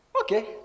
Okay